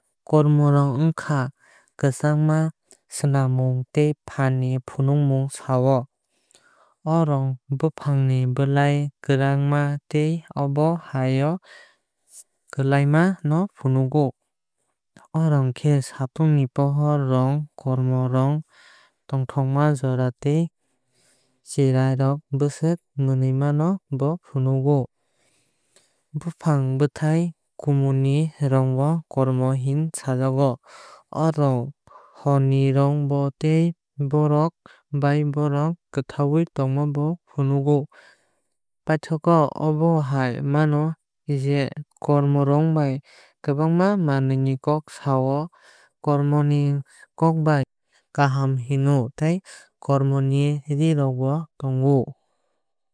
Kormo rong wngkha kwchangma swnammung tei phan ni phunugmung sa o. O rong bwfangni bwlai kwraima tei abo ha o kwlaima no funugo. O rong khe satung ni pohor ni rong. Kormo rong tongthokma jora tei cherrai bwswk mwnuima no bo funogo. Bwfang bwthai kumun ni rong bo korma hinwui sajakgo. O rong hor ni rong bo tei borok bai borok kwthaiui tongma bo funogo. Paithak go obo hai mano je kormo rong bai kwbangma manwui ni kok no sa o. Kormo ni kok bai kaham hino tei kormo ni ree rok bo tongo.